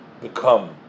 become